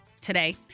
today